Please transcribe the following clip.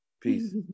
Peace